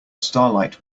starlight